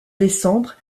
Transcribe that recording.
décembre